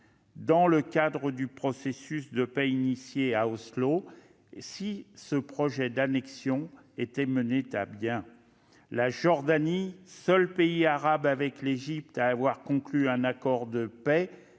dans le cadre du processus de paix engagé à Oslo si le projet d'annexion était mené à bien. La Jordanie, seul pays arabe avec l'Égypte à avoir conclu un accord de paix